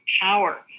power